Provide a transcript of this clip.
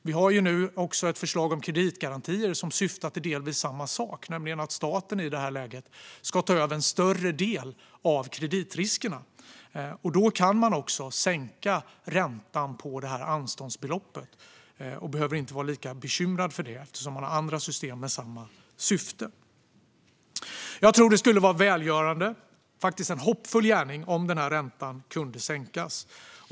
Vi har också ett förslag om kreditgarantier som syftar till delvis samma sak, nämligen att staten i det här läget ska ta över en större del av kreditriskerna. Då kan man också sänka räntan på anståndsbeloppet och behöver inte vara lika bekymrad för det eftersom man har andra system med samma syfte. Jag tror att det skulle vara välgörande - faktiskt en hoppingivande gärning - om denna ränta kunde sänkas.